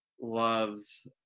loves